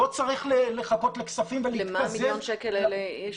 לא צריך לחכות לכספים ול --- למה מיליון שקל האלה ישמשו?